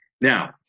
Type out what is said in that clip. Now